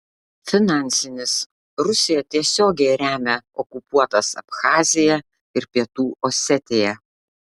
finansinis rusija tiesiogiai remia okupuotas abchaziją ir pietų osetiją